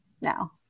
now